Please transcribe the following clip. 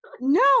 no